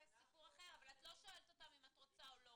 אבל את לא שואלת אם רוצים מצלמה או לא.